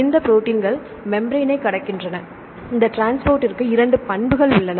இந்த ப்ரோடீன்கள் மெம்ப்ரென்னைக் கடக்கின்றன இந்த டிரான்ஸ்போர்ட்டிர்க்கு 2 பண்புகள் உள்ளன